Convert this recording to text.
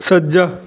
ਸੱਜਾ